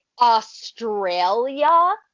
Australia